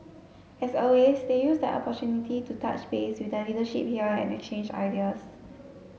as always they used the opportunity to touch base with the leadership here and exchange ideas